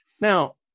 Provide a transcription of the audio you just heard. now